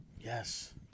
Yes